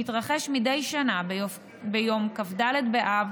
שיתרחש מדי שנה ביום כ"ד באב,